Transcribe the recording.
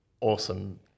Awesome